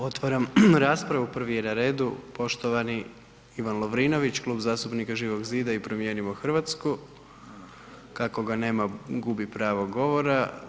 Otvaram raspravu, prvi je na redu poštovani Ivan Lovrinović, Klub zastupnika Živog zida i Promijenimo Hrvatsku, kako ga nema, gubi pravo govora.